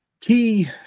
Key